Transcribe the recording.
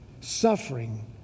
suffering